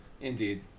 indeed